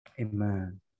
Amen